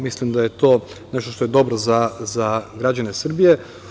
Mislim da je to nešto što je dobro za građane Srbije.